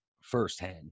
firsthand